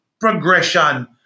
progression